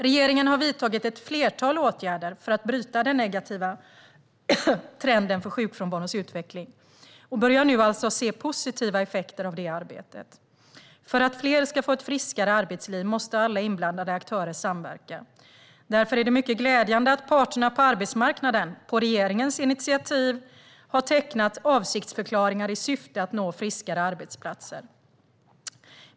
Regeringen har vidtagit ett flertal åtgärder för att bryta den negativa trenden för sjukfrånvarons utveckling och börjar nu alltså se positiva effekter av det arbetet. För att fler ska få ett friskare arbetsliv måste alla inblandade aktörer samverka. Därför är det mycket glädjande att parterna på arbetsmarknaden, på regeringens initiativ, har tecknat avsiktsförklaringar i syfte att nå friskare arbetsplatser.